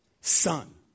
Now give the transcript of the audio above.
Son